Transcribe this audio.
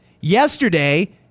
Yesterday